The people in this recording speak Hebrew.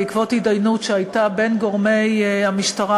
בעקבות התדיינות שהייתה בין גורמי המשטרה